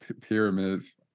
Pyramids